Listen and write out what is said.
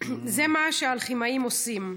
זה מה שהאלכימאים עושים.